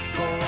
go